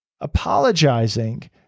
apologizing